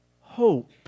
hope